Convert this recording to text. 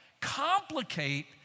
complicate